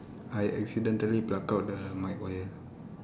I accidentally pluck out the mic wire